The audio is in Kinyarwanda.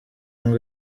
ngo